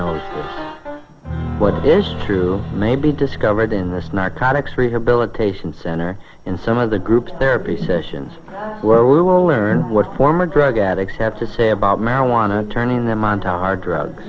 knows what is true may be discovered in this narcotics rehabilitation center in some of the group therapy sessions where we will learn what former drug addicts have to say about marijuana turning them on to our drug